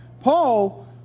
Paul